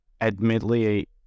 admittedly